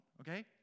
okay